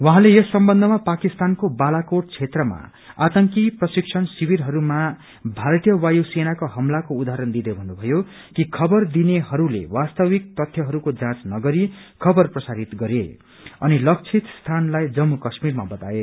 उहाँले यस सम्बन्धमा पाकिस्तानको बालकोट क्षेत्रमा आंतकी प्रशिक्षण शिविरहस्मा भारतीय वायु सेनाको हमलाको उदाहरण विदै भन्नुभयो क खबर दिनेहरूले वास्तविक तथ्यहरूको जाँच नगरी खबर प्रसारित गरे अनि लक्षित स्यानलाई जम्मू काश्मिरमा बताए